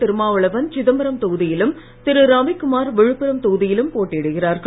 திருமாவளவன் சிதம்பரம் தொகுதியிலும் திரு ரவிக்குமார் விழுப்புரம் தொகுதியிலும் போட்டியிடுகிறார்கள்